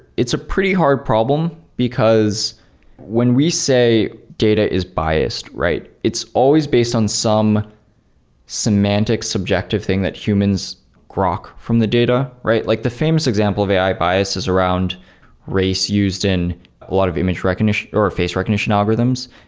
it's a pretty hard problem, because when we say data is biased, right, it's always based on some semantic subjective thing that humans grok from the data, right? like the famous example of ai bias is around race used in a lot of image recognition, or face recognition algorithms.